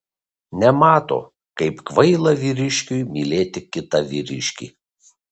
nemato kaip kvaila vyriškiui mylėti kitą vyriškį